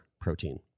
protein